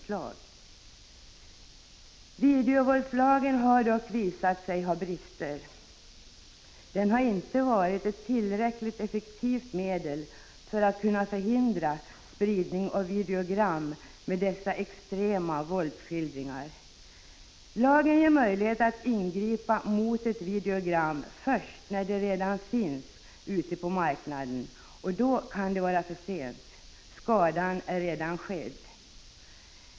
Videovåldslagen har dock visat sig ha brister. Den har inte varit ett tillräckligt effektivt medel när det gällt att förhindra spridning av videogram med extrema våldsskildringar. Lagen ger möjlighet att ingripa mot ett videogram först när detta redan finns ute på marknaden, och då kan det vara för sent — skadan är alltså redan skedd.